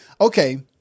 okay